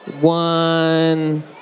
one